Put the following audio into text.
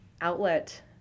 outlet